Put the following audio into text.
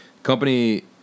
company